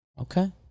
Okay